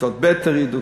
כיתות ב' הורידו,